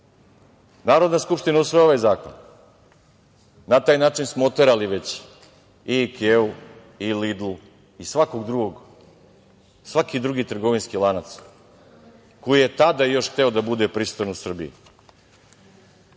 skupština usvaja ovaj zakon. Na taj način smo oterali već i „Ikeu“ i „Lidl“ i svakog drugog, svaki drugi trgovinski lanac koji je hteo da bude prisutan u Srbiji. Da